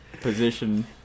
position